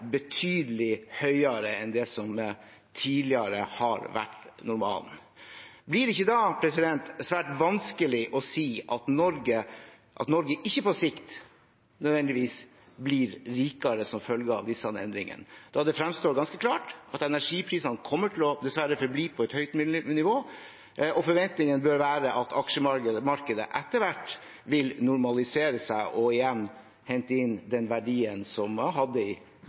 betydelig høyere enn det som tidligere har vært normalen. Blir det ikke da svært vanskelig å si at Norge ikke nødvendigvis blir rikere på sikt som følge av disse endringene? Det fremstår ganske klart at energiprisene dessverre kommer til å forbli på et høyt nivå, og forventningene bør være at aksjemarkedet etter hvert vil normalisere seg og igjen hente inn den verdien man hadde tidligere i